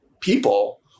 people